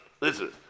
Listen